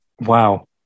Wow